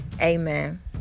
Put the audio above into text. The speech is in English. amen